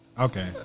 Okay